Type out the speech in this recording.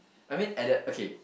I mean at the okay